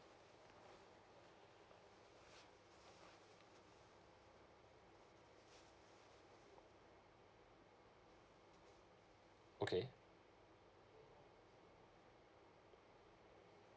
okay